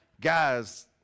Guys